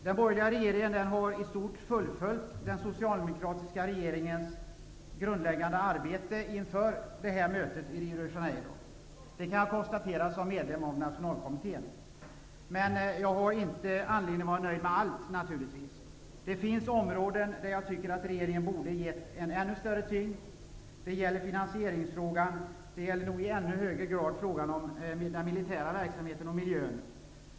Den borgerliga regeringen har i stort sett fullföljt den socialdemokratiska regeringens grundläggande arbete inför mötet i Rio de Janeiro. Det kan jag som medlem av nationalkommittén konstatera. Men jag har naturligtvis inte anledning att vara nöjd med allt. Det finns områden som jag anser att regeringen borde ha gett en ännu större tyngd. Det gäller finansieringsfrågan och i ännu högre grad frågan om den militära verksamheten och miljön.